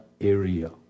area